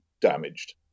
damaged